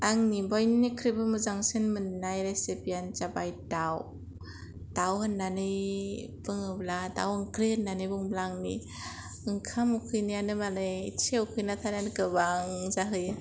आंनि बयनिख्रुइबो मोजांसिन मोननाय रेसिफिआनो जाबाय दाव दाव होननानै बुङोब्ला दाव ओंख्रि होन्नानै बुङोब्ला आंनि ओंखाम उखैनायानो माने एसे उखौना थानायानो गोबां जाहोयो